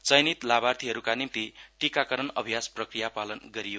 चयनित लाभार्थीहरूका निम्ति टीकाकरण अभ्यास प्रक्रिया पालन गरीयो